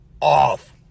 off